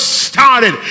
started